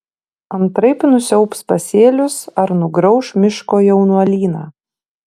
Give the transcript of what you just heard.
antraip nusiaubs pasėlius ar nugrauš miško jaunuolyną